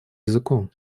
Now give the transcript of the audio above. языком